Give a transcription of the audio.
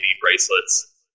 bracelets